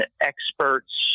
experts